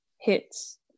hits